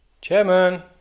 Chairman